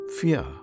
fear